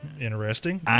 interesting